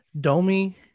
Domi